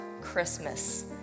Christmas